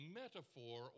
metaphor